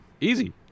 easy